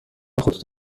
خطوط